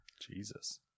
jesus